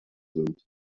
sind